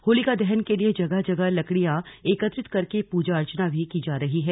होलिका दहन के लिए जगह जगह लकड़ियां एकत्रित करके पूजा अर्चना भी की जा रही है